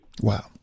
Wow